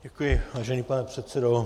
Děkuji, vážený pane předsedo.